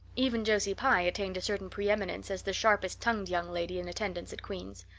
even josie pye attained a certain preeminence as the sharpest-tongued young lady in attendance at queen's.